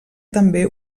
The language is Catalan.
també